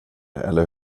eller